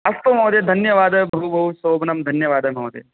अस्तु महोदय धन्यवादः बहु बहुशोभनं धन्यवादः महोदय